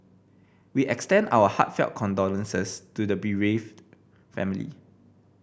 we extend our heartfelt condolences to the bereaved family